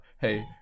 hey